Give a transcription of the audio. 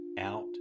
out